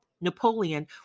napoleon